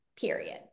period